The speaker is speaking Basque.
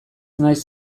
naiz